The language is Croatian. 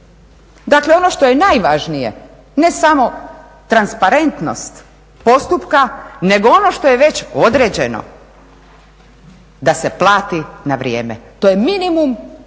Dakle, ono što je najvažnije, ne samo transparentnost postupka nego ono što je već određeno da se plati na vrijeme. To je minimum ne